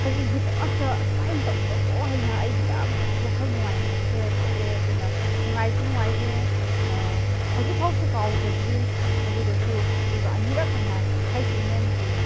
ꯀꯔꯤꯒꯤꯗꯃꯛꯇ ꯑꯁꯨꯃꯥꯏꯅ ꯇꯧꯕ꯭ꯔꯥꯀꯣ ꯍꯥꯏꯅ ꯑꯩꯕꯨ ꯌꯥꯝ ꯋꯥꯈꯜ ꯅꯨꯡꯉꯥꯏꯍꯟꯗꯕꯁꯦ ꯄꯣꯛꯑꯦ ꯑꯗꯨꯅ ꯅꯨꯡꯉꯥꯏꯁꯨ ꯅꯨꯡꯉꯥꯏꯇꯦ ꯍꯧꯖꯤꯛ ꯐꯥꯎꯁꯨ ꯀꯥꯎꯖꯗ꯭ꯔꯤ ꯑꯗꯨꯒꯁꯨ ꯑꯗꯨꯒ ꯑꯅꯤꯔꯛ ꯍꯟꯅ ꯍꯩꯁ ꯑꯦꯟ ꯑꯦꯝꯒꯤ